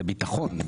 זה ביטחון.